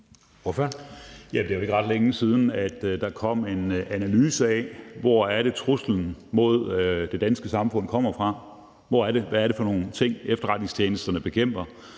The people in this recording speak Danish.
Det er jo ikke ret længe siden, der kom en analyse af, hvor det er, truslen mod det danske samfund kommer fra, og hvad det er for nogle ting, efterretningstjenesterne bekæmper